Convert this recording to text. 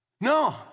No